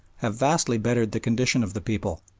have vastly bettered the condition of the people,